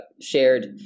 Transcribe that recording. shared